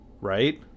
Right